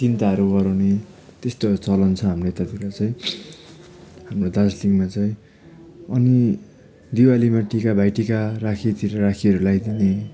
चिन्ताहरू गर्ने त्यस्तोहरू चलन छ हाम्रो यतातिर चाहिँ हाम्रो दार्जिलिङमा चाहिँ अनि दिवालीमा टिका भाइटिका राखीहरूतिर राखी लगाइदिने